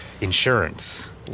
insurance